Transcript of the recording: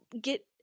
get